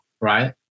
right